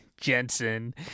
Jensen